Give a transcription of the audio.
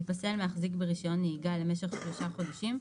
ייפסל מהחזיק ברישיון נהיגה למשך 3 חודשים,